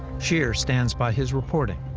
shear stands by his reporting,